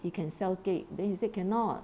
he can sell cake then he say cannot